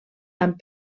amb